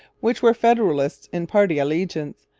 which were federalist in party allegiance,